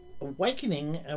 awakening